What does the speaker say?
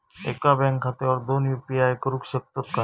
एका बँक खात्यावर दोन यू.पी.आय करुक शकतय काय?